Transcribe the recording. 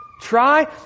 Try